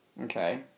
Okay